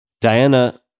Diana